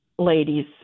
ladies